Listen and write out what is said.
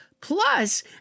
Plus